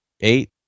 Eight